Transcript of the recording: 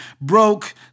broke